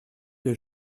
que